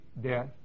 death